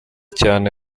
cyane